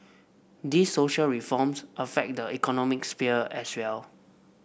these social reforms affect the economic sphere as well